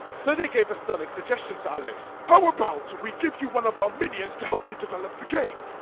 so they gave a stunning suggestion to alex how about we give you one of our minions to help you develop the game.